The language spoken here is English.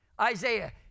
Isaiah